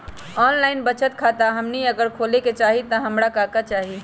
Online बचत खाता हमनी अगर खोले के चाहि त हमरा का का चाहि?